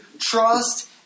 trust